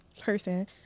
person